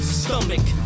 stomach